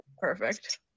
perfect